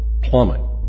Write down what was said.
plumbing